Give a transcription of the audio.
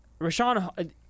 Rashawn